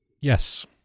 Yes